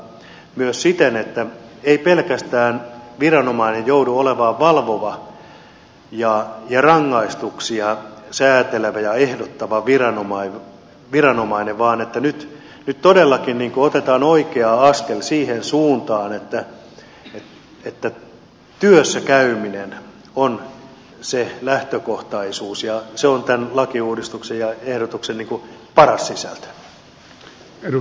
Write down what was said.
eli annetaan sitä laveutta myös siten että ei pelkästään viranomainen joudu olemaan valvova ja rangaistuksia säätelevä ja ehdottava viranomainen vaan nyt todellakin otetaan oikea askel siihen suuntaan että työssä käyminen on se lähtökohtaisuus ja se on tämän lakiuudistuksen ja ehdotuksen paras sisältö